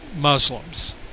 Muslims